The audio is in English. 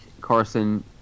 Carson